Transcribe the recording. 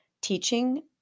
teaching